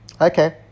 Okay